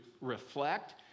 reflect